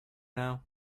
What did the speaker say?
now